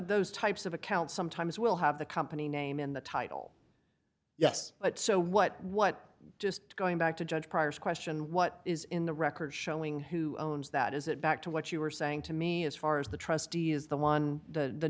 those types of accounts sometimes will have the company name in the title yes but so what what just going back to judge prior question what is in the record showing who owns that is it back to what you were saying to me as far as the trustee is the one th